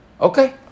Okay